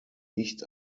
nicht